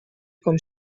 com